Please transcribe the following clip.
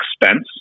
expense